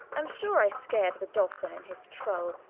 am sure i scar'd the dolphin and his trull,